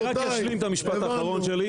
אני רק אשלים את המשפט האחרון שלי.